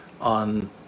on